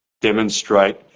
demonstrate